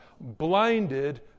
Blinded